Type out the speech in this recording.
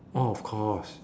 oh of course